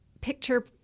picture